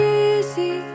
easy